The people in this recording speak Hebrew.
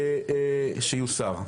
היה שתוסר.